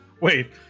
Wait